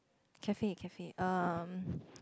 cafe cafe um